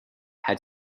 had